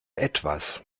etwas